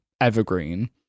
evergreen